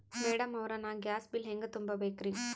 Madam ಅವ್ರ, ನಾ gas bill ಹೆಂಗ ತುಂಬಾ ಬೇಕ್ರಿ?